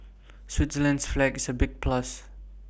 Switzerland's flag is A big plus